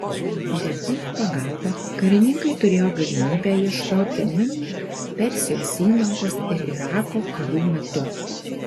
delfinų pagalba karininkai turėjo galimybę ieškoti minų persijos įlankos ir irako karų metu